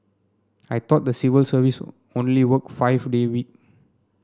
I thought the civil service only work five day week